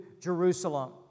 Jerusalem